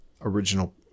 original